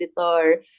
editor